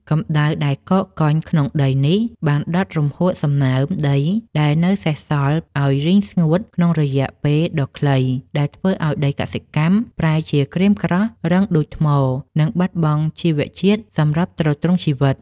កម្ដៅដែលកកកុញក្នុងដីនេះបានដុតរំហួតសំណើមដីដែលនៅសេសសល់ឱ្យរីងស្ងួតក្នុងរយៈពេលដ៏ខ្លី ដែលធ្វើឱ្យដីកសិកម្មប្រែជាក្រៀមក្រោះ រឹងដូចថ្ម និងបាត់បង់ជីវជាតិសម្រាប់ទ្រទ្រង់ជីវិត។